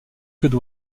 queues